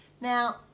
now